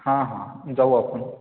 हां हां जाऊ आपण